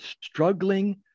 struggling